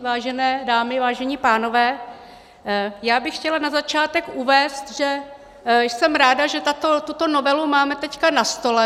Vážené dámy, vážení pánové, já bych chtěla na začátek uvést, že jsem ráda, že tuto novelu máme teď na stole.